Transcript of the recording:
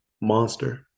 monster